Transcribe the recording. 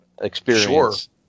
experience